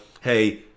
hey